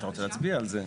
להצביע על זה.